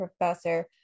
Professor